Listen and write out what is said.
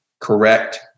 correct